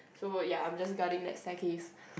so ya I'm just guarding that staircase